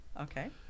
Okay